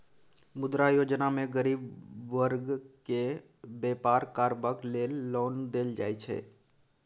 मुद्रा योजना मे गरीब बर्ग केँ बेपार करबाक लेल लोन देल जाइ छै